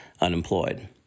unemployed